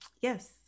Yes